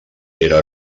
era